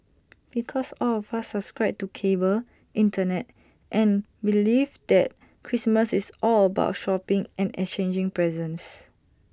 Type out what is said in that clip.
because all of us subscribe to cable Internet and belief that Christmas is all about shopping and exchanging presents